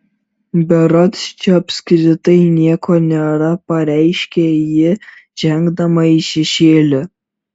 berods čia apskritai nieko nėra pareiškė ji žengdama į šešėlį